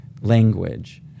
Language